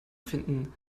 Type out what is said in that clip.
finden